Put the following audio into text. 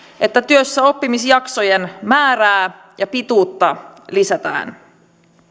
että työssäoppimisjaksojen määrää ja pituutta lisätään